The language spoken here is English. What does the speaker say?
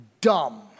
Dumb